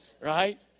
Right